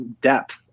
depth